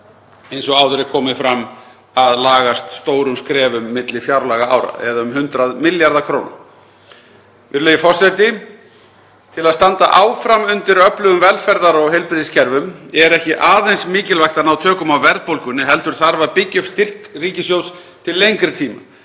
eins og áður er komið fram, er að lagast stórum skrefum milli fjárlagaára eða um 100 milljarða kr. Virðulegur forseti. Til að standa áfram undir öflugum velferðar- og heilbrigðiskerfum er ekki aðeins mikilvægt að ná tökum á verðbólgunni heldur þarf að byggja upp styrk ríkissjóðs til lengri tíma.